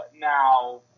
now